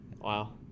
Wow